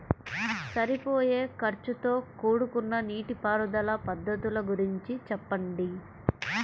సరిపోయే ఖర్చుతో కూడుకున్న నీటిపారుదల పద్ధతుల గురించి చెప్పండి?